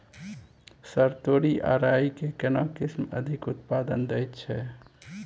Sir तोरी आ राई के केना किस्म अधिक उत्पादन दैय छैय?